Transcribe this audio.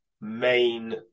main